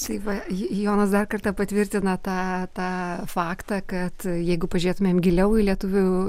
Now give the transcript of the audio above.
tai va jonas dar kartą patvirtina tą tą faktą kad jeigu pažiūrėtumėm giliau į lietuvių